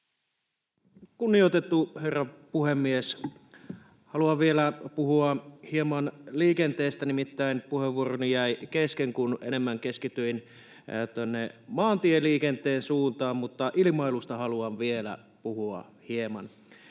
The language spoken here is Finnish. Kunnioitettu herra puhemies! Haluan vielä puhua hieman liikenteestä — nimittäin puheenvuoroni jäi kesken, kun enemmän keskityin maantieliikenteen suuntaan, mutta ilmailusta haluan vielä puhua hieman: